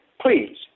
Please